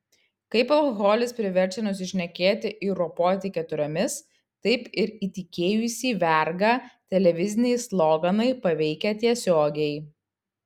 kaip alkoholis priverčia nusišnekėti ir ropoti keturiomis taip ir įtikėjusį vergą televiziniai sloganai paveikia tiesiogiai